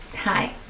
Hi